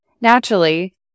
naturally